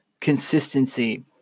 consistency